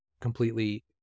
completely